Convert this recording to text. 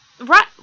Right